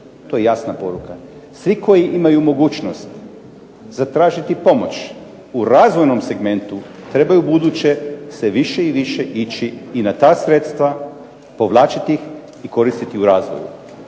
To je jasna poruka. Svi koji imaju mogućnost zatražiti pomoć u razvojnom segmentu trebaju u buduće sve više i više ići i na ta sredstva, povlačiti ih i koristiti u razvoju.